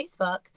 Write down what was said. Facebook